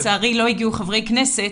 לצערי לא הגיעו חברי כנסת,